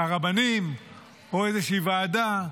שהרבנים או איזושהי ועדה,